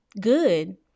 good